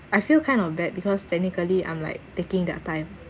I feel kind of bad because technically I'm like taking their time